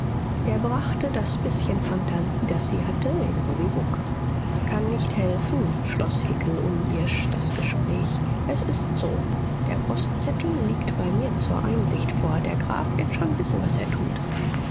er brachte das bißchen phantasie das sie hatte in bewegung kann nicht helfen schloß hickel unwirsch das gespräch es ist so der postzettel liegt bei mir zur einsicht vor der graf wird schon wissen was er tut